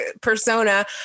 persona